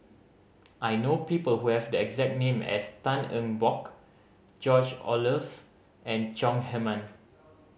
I know people who have the exact name as Tan Eng Bock George Oehlers and Chong Heman